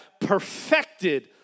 perfected